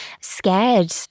scared